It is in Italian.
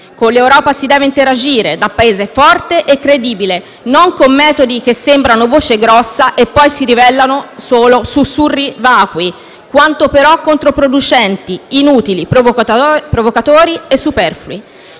Con l'Europa si deve interagire da Paese forte e credibile, non con metodi che sembrano voce grossa e poi si rivelano solo sussurri vacui, quanto però controproducenti, inutili, provocatori e superflui.